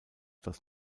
das